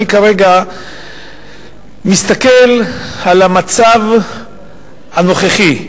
אני כרגע מסתכל על המצב הנוכחי,